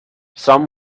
some